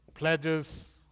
Pledges